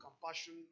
compassion